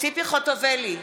ציפי חוטובלי,